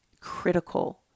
Critical